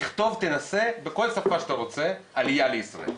תכתוב, תנסה, בכל שפה שאתה רוצה, עלייה לישראל,